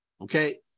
Okay